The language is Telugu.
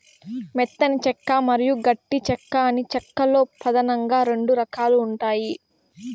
మెత్తని చెక్క మరియు గట్టి చెక్క అని చెక్క లో పదానంగా రెండు రకాలు ఉంటాయి